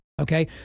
Okay